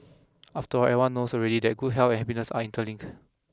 after all everyone knows already that good health and happiness are interlink